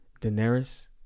Daenerys